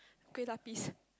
Kueh-Lapis